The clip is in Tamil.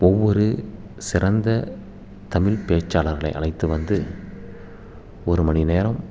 ஒவ்வொரு சிறந்த தமிழ் பேச்சாளர்களை அழைத்து வந்து ஒரு மணி நேரம்